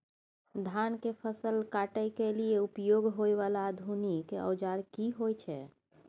धान के फसल काटय के लिए उपयोग होय वाला आधुनिक औजार की होय छै?